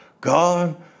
God